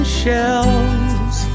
shelves